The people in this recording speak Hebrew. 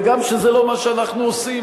וגם שזה לא מה שאנחנו עושים,